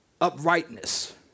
uprightness